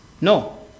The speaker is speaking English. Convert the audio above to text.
No